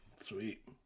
Sweet